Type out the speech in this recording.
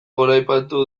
goraipatu